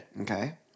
Okay